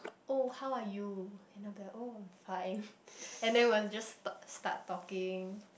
oh how are you you know the oh fine and then we will just start start talking